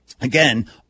Again